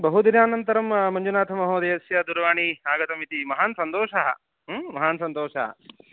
बहु दिनानन्तरं मञ्जुनाथमहोदयस्य दूरवाणी आगता इति महान् सन्तोषः महान् सन्तोषः